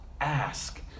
ask